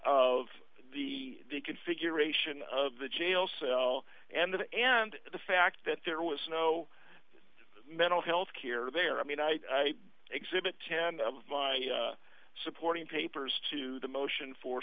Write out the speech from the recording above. of the configuration of the jail cell and the and the fact that there was no mental health care there i mean i exhibit ten of my supporting papers to the motion for